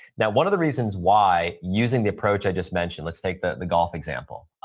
now, one of the reasons why using the approach i just mentioned, let's take the the golf example.